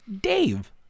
Dave